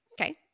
Okay